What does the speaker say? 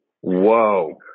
Whoa